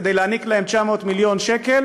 כדי להעניק להם 900 מיליון שקל